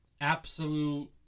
absolute